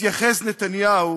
יתייחס נתניהו